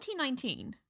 2019